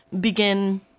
begin